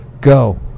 go